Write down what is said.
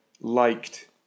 liked